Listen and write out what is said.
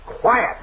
Quiet